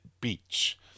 Beach